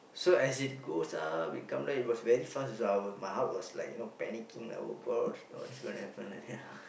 so as it goes uh we come down it was very fast also I were my heart was panicking like !oh-gosh! what's going to happen like that lah